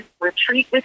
retreat